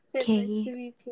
Okay